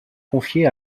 confiée